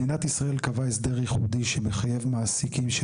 מדינת ישראל קבעה הסדר ייחודי שמחייב מעסיקים של